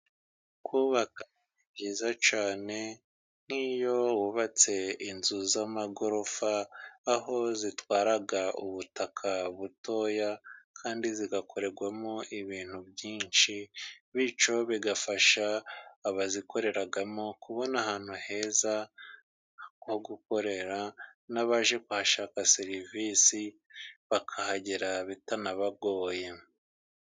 Kubaka ni byiza cyane, nkiyo wubatse inzu z'amagorofa aho zitwara ubutaka butoya kandi zigakorerwamo ibintu byinshi, bityo bigafasha abazikoreramo kubona ahantu heza ho gukorera n'abaje bashaka serivisi, bakahagera bitanabagoye.